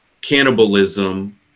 cannibalism